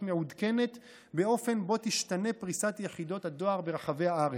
מעודכנת באופן שבו תשתנה פריסת יחידות הדואר ברחבי הארץ.